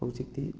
ꯍꯧꯖꯤꯛꯇꯤ